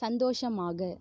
சந்தோஷமாக